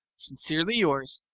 sincerely yours,